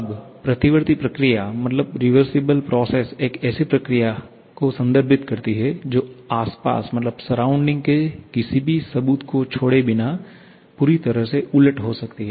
अब प्रतिवर्ती प्रक्रिया एक ऐसी प्रक्रिया को संदर्भित करती है जो आसपास के किसी भी सबूत को छोड़े बिना पूरी तरह से उलट हो सकती है